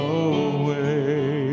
away